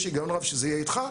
יש היגיון רב שזה יהיה איתך,